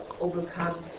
overcome